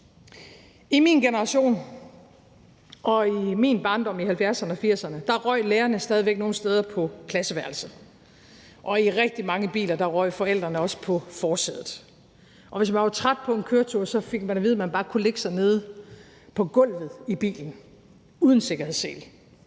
I min generation og i min barndom i 1970'erne og 1980'erne røg lærerne stadig væk nogle steder i klasseværelserne, og i rigtig mange biler røg forældrene også på forsædet, og var man træt på en køretur, fik man at vide, at man bare kunne lægge sig nede på gulvet i bilen uden sikkerhedssele.